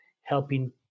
helping